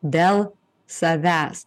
dėl savęs